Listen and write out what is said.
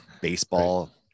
baseball